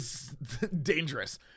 dangerous